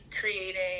creating